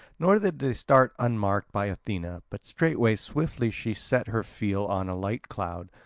nor did they start unmarked by athena, but straightway swiftly she set her feel on a light cloud,